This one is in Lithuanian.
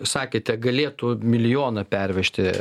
sakėte galėtų milijoną pervežti